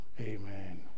Amen